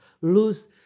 lose